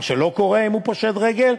מה שלא קורה אם הוא פושט רגל,